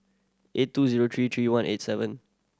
eight two zero three three one eight seven